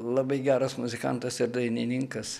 labai geras muzikantas ir dainininkas